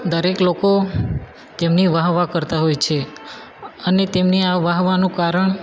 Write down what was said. દરેક લોકો તેમની વાહ વાહ કરતાં હોય છે અને તેમની આ વાહ વાહનું કારણ